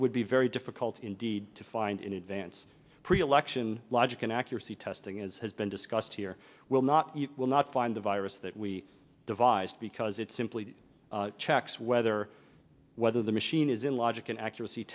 would be very difficult indeed to find in advance pre election logic and accuracy testing as has been discussed here will not you will not find device that we devised because it simply checks whether whether the machine is in logic and accuracy